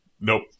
Nope